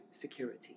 security